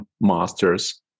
masters